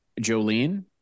Jolene